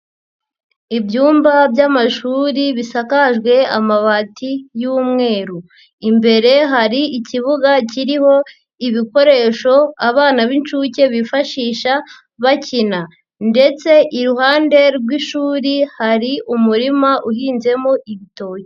Ibyumba by'amashuri bisakajwe amabati y'umweru, imbere hari ikibuga kiriho ibikoresho abana b'inshuke bifashisha bakina ndetse iruhande rw'ishuri hari umurima uhinzemo ibitoki.